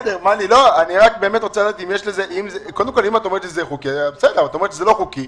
אם את אומרת שזה לא חוקי,